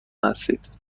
هستید